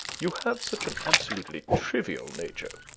you have such an absolutely trivial nature.